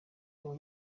uwa